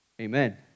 amen